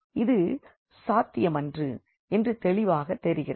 இது சாத்தியமன்று என்று தெளிவாகத் தெரிகிறது